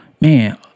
man